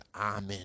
amen